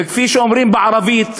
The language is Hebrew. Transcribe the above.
וכפי שאומרים בערבית,